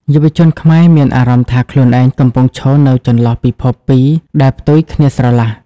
យុវជនខ្មែរមានអារម្មណ៍ថាខ្លួនឯងកំពុងឈរនៅចន្លោះពិភពពីរដែលផ្ទុយគ្នាស្រឡះ។